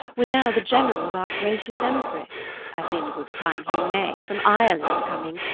were now the generall of our gracious empresse, as in good time he may, from ireland comming,